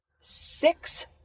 six